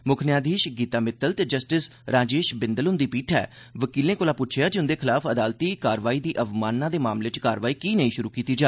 मुक्ख न्यायधीश गीता मिततल ते जस्टिस राजेश बिन्दल हुंदी पीठै वकीलें कोला पुच्छेआ ऐ जे उंदे खलाफ अदालती कार्रवाई दी अवमानना दे मामले च कार्रवाई कीह् नेई शुरु कीती जा